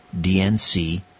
DNC